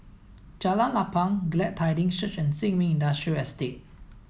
Jalan Lapang Glad Tidings Church and Sin Ming Industrial Estate